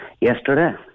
Yesterday